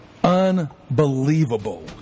Unbelievable